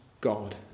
God